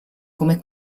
come